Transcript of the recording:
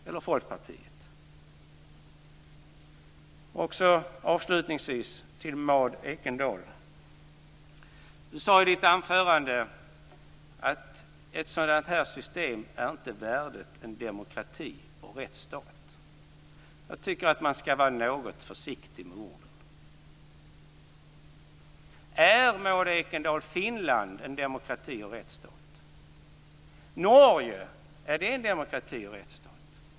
Inser Folkpartiet det? Maud Ekendahl sade i sitt anförande att ett sådant här system inte är värdigt en demokrati och rättsstat. Jag tycker att man skall vara något försiktig med orden. Är Finland, Maud Ekendahl, en demokrati och rättsstat? Är Norge en demokrati och rättsstat?